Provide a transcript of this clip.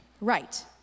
right